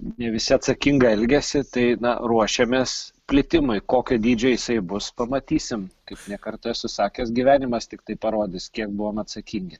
ne visi atsakingą elgesį tai na ruošiamės plitimui kokio dydžio jisai bus pamatysim kaip ne kartą esu sakęs gyvenimas tiktai parodys kiek buvom atsakingi